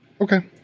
Okay